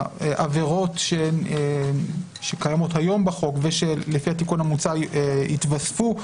העבירות שקיימות היום בחוק ולפי התיקון המוצע יתווספו,